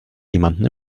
jemanden